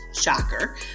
shocker